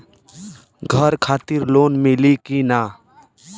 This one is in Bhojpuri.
घर खातिर लोन मिली कि ना?